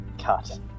cut